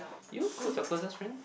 you who's your closest friend